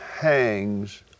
hangs-